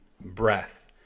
breath